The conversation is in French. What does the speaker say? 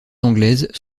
anglaises